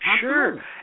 sure